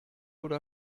oder